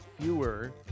fewer